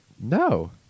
No